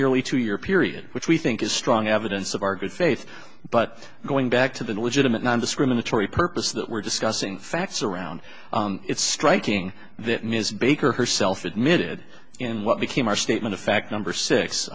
nearly two year period which we think is strong evidence of our good faith but going back to the legitimate nondiscriminatory purpose that we're discussing facts around it's striking that ms baker herself admitted in what became our statement of fact number